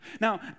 Now